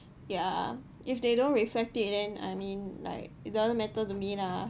ya if they don't reflect it then I mean like it doesn't matter to me lah